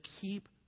keep